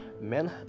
men